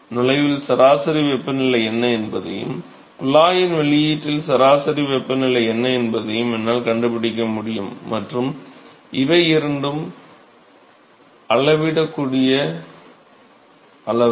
நுழைவில் சராசரி வெப்பநிலை என்ன என்பதையும் குழாயின் வெளியீட்டில் சராசரி வெப்பநிலை என்ன என்பதையும் என்னால் கண்டுபிடிக்க முடியும் மற்றும் இவை இரண்டும் அளவிடக்கூடிய அளவுகள்